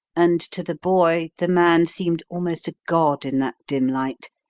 and to the boy the man seemed almost a god in that dim light,